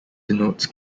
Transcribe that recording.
denotes